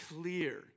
clear